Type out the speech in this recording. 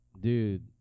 Dude